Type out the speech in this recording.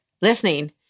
listening